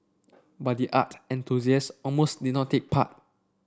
but the art enthusiast almost did not take part